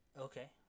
okay